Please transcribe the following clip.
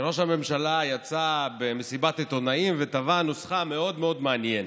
כשראש הממשלה יצא במסיבת עיתונאים וטבע נוסחה מאוד מאוד מעניינת: